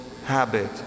habit